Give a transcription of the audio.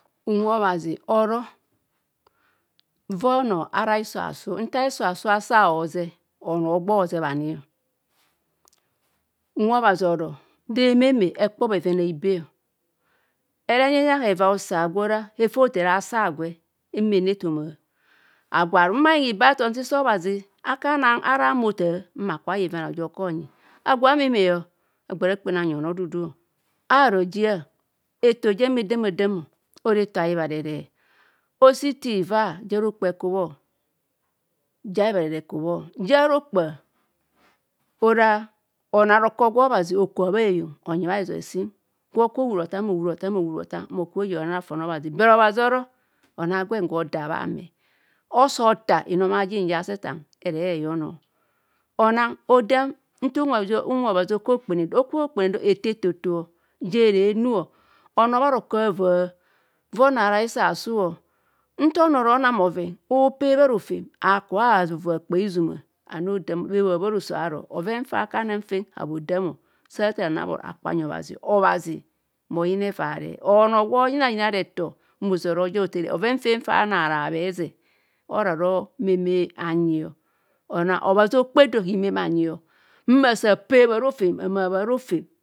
Unwe obbazi oro va onoo ara hiso asu o, nta hiso asu asa hizeb onoo hogbo ozeb ani unwe obhazi oro do hememe ekpo bheven aibe here enyenyia hevai usa gwe ora hefa oahere asagwe ehumo enu ethoma. Agwo aru mma ayeng hibo ithom se akua anang ara ame othaa mma agwo ameme o agbara akpene anyi onoduu. Aro jiang eto jem edamadam ora eto ahibharere ose ito nva ja rokpa ekubho ja hibharere ekubho ja rokpa ora ono a roko gwe obhazi oku bha bha heyong onyi bhaa hizoi sem gwe oku ohura othaam ohura othaam ohura othaam mma okubho oyua rehon afon obhazi but obhazi oro onoo gwen gwe odaa bhamme osa othaa inome aajen ja sayan ere egono. Onang odaam nta unwe obhazi oku okpene do eto etoto je ere enh onoo bharoko hava vaa onoo ara hiso asu o nta onoo ora onang bhoven ahumo akubho avovua kpaizuma bhe bhoa baaroso bhoven fa akubha ana fem ahabho damo sa athaa ani abhoro kpor anyi obhazi